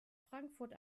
frankfurt